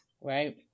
right